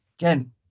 again